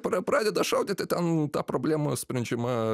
pra pradeda šaudyti ten ta problema sprendžiama